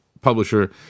publisher